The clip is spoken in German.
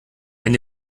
wenn